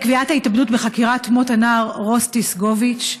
לגבי קביעת ההתאבדות בחקירת מות הנער רוסטיס גוביץ'